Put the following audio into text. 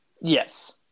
Yes